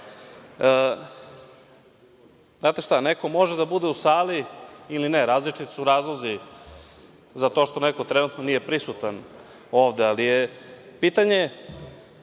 šta, neko može da bude u sali ili ne, različiti su razlozi za to što neko trenutno nije prisutan ovde, ali je pitanje